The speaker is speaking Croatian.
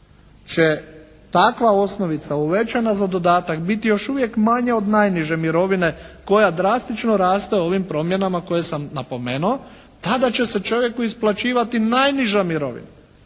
će takva osnovica uvećana za dodatak biti još uvijek manja od najniže mirovine koja drastično raste ovim primjenama koje sam napomenuo tada će se čovjeku isplaćivati najniža mirovina.